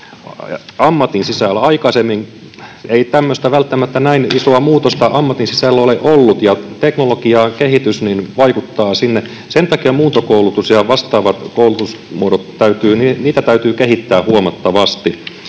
Aikaisemmin ei välttämättä näin isoa muutosta ammatin sisällä ole ollut, ja teknologian kehitys vaikuttaa sinne. Sen takia muuntokoulutusta ja vastaavia koulutusmuotoja täytyy kehittää huomattavasti,